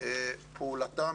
פעולתם